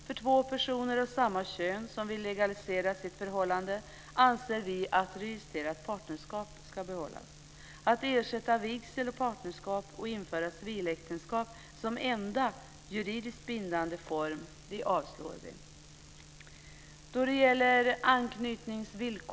För två personer av samma kön som vill legalisera sitt förhållande anser vi att registrerat partnerskap ska behållas. Att ersätta vigsel och partnerskap med civiläktenskap som enda juridiskt bindande form avstyrker vi.